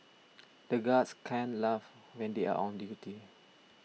the guards can't laugh when they are on duty